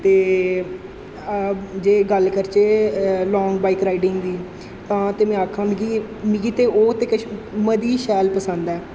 ते जे गल्ल करचै लांग बाइक राइडिंग दी तां ते में आखां मिगी मिगी ते ओह् ते किश मती शैल पसंद ऐ